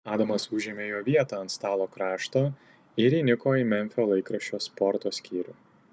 adamas užėmė jo vietą ant stalo krašto ir įniko į memfio laikraščio sporto skyrių